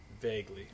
Vaguely